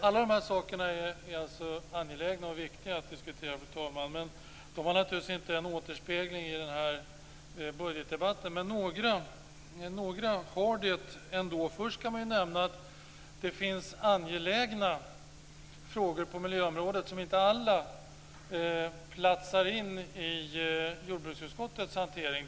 Alla dessa frågor är angelägna och viktiga att diskutera, fru talman, men de återspeglas naturligtvis inte i denna budgetdebatt. Några återspeglas ändå. Först kan man nämna att det finns angelägna frågor på miljöområdet som inte platsar i jordbruksutskottets hantering.